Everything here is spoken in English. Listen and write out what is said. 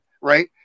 right